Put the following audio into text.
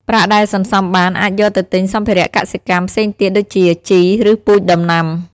ប្រាក់ដែលសន្សំបានអាចយកទៅទិញសម្ភារៈកសិកម្មផ្សេងទៀតដូចជាជី ឬពូជដំណាំ។